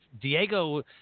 Diego